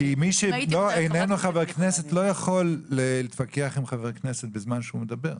מי שאיננו חבר כנסת לא יכול להתווכח עם חבר כנסת בזמן שהוא מדבר.